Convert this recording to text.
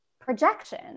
projection